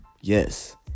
yes